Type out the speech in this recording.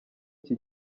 iki